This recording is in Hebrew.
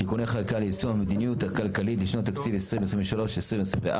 תיקוני חקיקה ליישום המדיניות הכלכלית לשנות התקציב 2023 ו-2024,